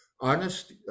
honest